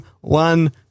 One